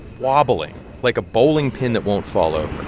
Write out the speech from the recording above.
wobbling like a bowling pin that won't fall ah